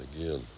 again